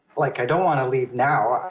like, i don't want to leave now,